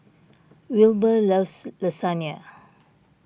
Wilber loves Lasagne